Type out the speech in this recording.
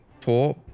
poor